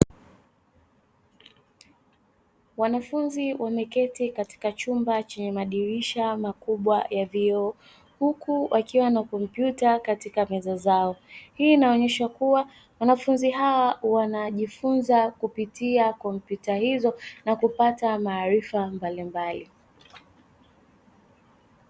Wanafunzi wameketi katika chumba chenye madirisha makubwa ya vioo, huku wakiwa na kompyuta katika meza zao hii inaonyesha kuwa wanafunzi hawa wanajifunza kupitia kompyuta hizo na kupata maarifa mbalimbali.